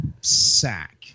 sack